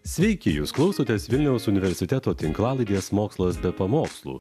sveiki jūs klausotės vilniaus universiteto tinklalaidės mokslas be pamokslų